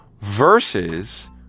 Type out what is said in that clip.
versus